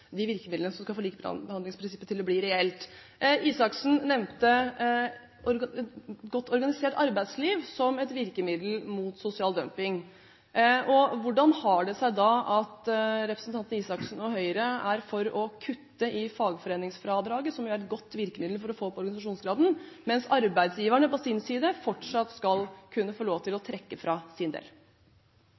de virkemidlene som skal få likebehandlingsprinsippet til å bli reelt. Røe Isaksen nevnte godt organisert arbeidsliv som et virkemiddel mot sosial dumping. Hvordan har det seg da at representanten Røe Isaksen og Høyre er for å kutte i fagforeningsfradraget, som er et godt virkemiddel for å få opp organisasjonsgraden, mens arbeidsgiverne på sin side fortsatt skal kunne få lov til å trekke fra sin del?